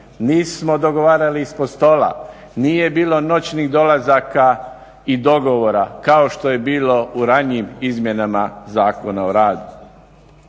nismo dogovarali ispod stola, nije bilo noćnih dolazaka i dogovora kao što je bilo u ranijim izmjenama Zakona o radu.